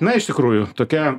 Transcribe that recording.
na iš tikrųjų tokia